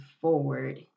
forward